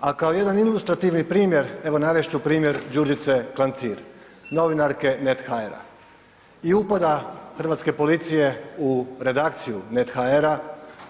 A kao jedan ilustrativni primjer, evo navesti ću primjer Đurđice Klancir, novinarke NET.hr i upada Hrvatske policije u redakciju NET.hr